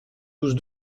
douze